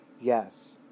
yes